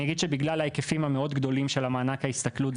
אני אגיד שבגלל ההיקפים המאוד גדולים של המענק ההסתגלות,